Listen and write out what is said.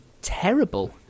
terrible